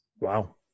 wow